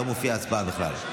לא מופיעה הצבעה בכלל.